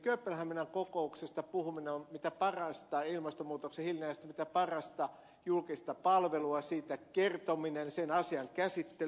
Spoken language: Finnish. kööpenhaminan kokouksesta puhuminen on mitä parasta ilmastonmuutoksen hillintää mitä parasta julkista palvelua siitä kertominen sen asian käsittely